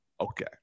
okay